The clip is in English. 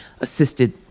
assisted